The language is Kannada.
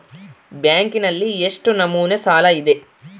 ಬ್ಯಾಂಕಿನಲ್ಲಿ ಎಷ್ಟು ನಮೂನೆ ಸಾಲ ಇದೆ?